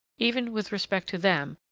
even with respect to them,